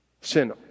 Sin